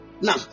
Now